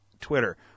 Twitter